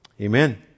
amen